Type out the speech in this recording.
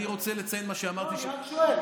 אני רוצה לציין מה שאמרתי, לא, אני רק שואל.